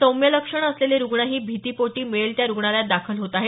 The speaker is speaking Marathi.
सौम्य लक्षणं असलेले रुग्णही भीतीपोटी मिळेल त्या रुग्णालयात दाखल होत आहेत